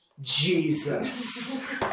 Jesus